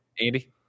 Andy